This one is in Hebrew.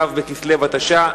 ו' בכסלו התש"ע,